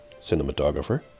cinematographer